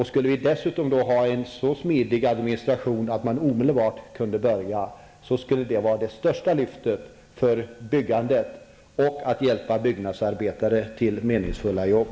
Skulle vi dessutom ha en så smidig administration att man omedelbart kunde börja byggandet, skulle det vara det största lyftet för byggandet och hjälpa byggnadsarbetare att få meningsfulla jobb.